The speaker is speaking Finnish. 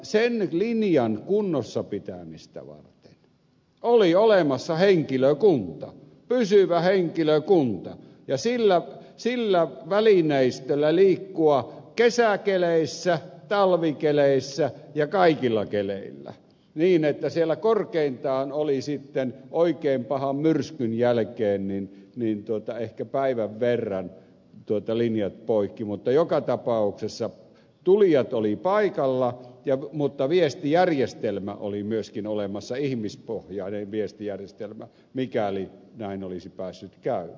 sen linjan kunnossapitämistä varten oli olemassa henkilökunta pysyvä henkilökunta ja sillä välineistö jolla liikkua kesäkeleissä talvikeleissä ja kaikilla keleillä niin että siellä korkeintaan oli sitten oikein pahan myrskyn jälkeen ehkä päivän verran linjat poikki mutta joka tapauksessa tulijat olivat paikalla mutta viestijärjestelmä oli myöskin olemassa ihmispohjainen viestijärjestelmä mikäli näin olisi päässyt käymään